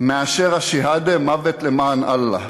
מאשר השהדה, מוות למען אללה.